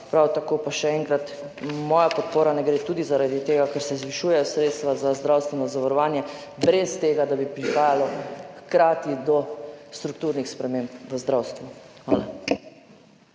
prav tako pa ni moje podpore tudi zaradi tega, ker se zvišujejo sredstva za zdravstveno zavarovanje brez tega, da bi prišlo hkrati do strukturnih sprememb v zdravstvu.